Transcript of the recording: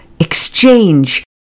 exchange